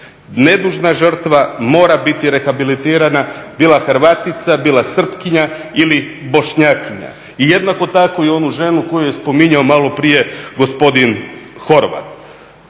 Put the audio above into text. Nedužna žrtva mora biti rehabilitirana bila Hrvatica, bila Srpkinja ili Bošnjakinja i jednako tako onu ženu koju je spominjao malo prije gospodin Horvat.